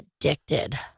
addicted